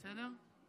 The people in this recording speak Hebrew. בסדר?